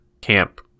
camp